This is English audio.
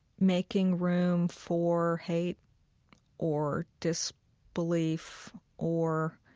making room for hate or disbelief or